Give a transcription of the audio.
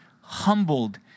humbled